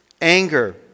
anger